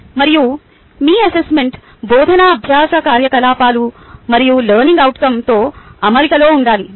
మరియు మీ అసెస్మెంట్ బోధనా అభ్యాస కార్యకలాపాలు మరియు లెర్నింగ్ అవుట్కంతో అమరికలో ఉండాలి